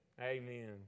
Amen